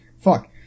fuck